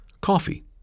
Coffee